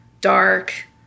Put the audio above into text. Dark